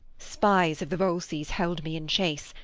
spies of the volsces held me in chase,